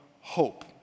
hope